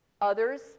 Others